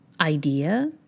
idea